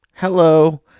Hello